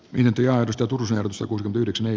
mäntyä istutuksen suku yhdeksän ei